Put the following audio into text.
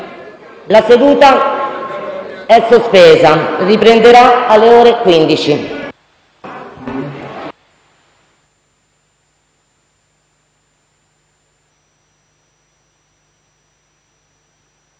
La seduta è sospesa. Riprenderà alle ore 15.